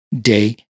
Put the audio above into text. day